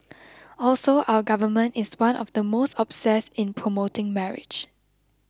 also our Government is one of the most obsessed in promoting marriage